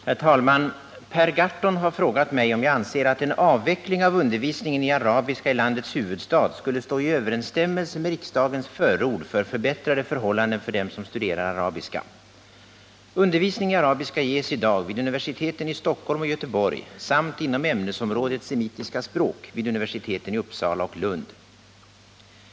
Herr talman! Per Gahrton har frågat mig om jag anser att en avveckling av Om undervisningen undervisningen i arabiska i landets huvudstad skulle stå i överensstämmelse i arabiska vid med riksdagens förord för förbättrade förhållanden för dem som studerar arabiska. Undervisning i arabiska ges i dag vid universiteten i Stockholm och Göteborg samt, inom ämnesområdet semitiska språk, vid universiteten i Uppsala och Lund.